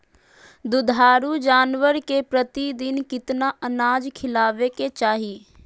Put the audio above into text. दुधारू जानवर के प्रतिदिन कितना अनाज खिलावे के चाही?